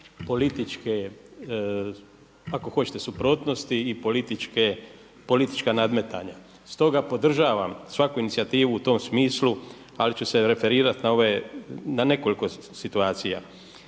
političke ako hoćete suprotnosti i politička nadmetanja. Stoga podržavam svaku inicijativu u tom smislu ali ću se referirati na nekoliko situacija.